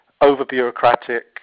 over-bureaucratic